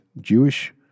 Jewish